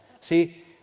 See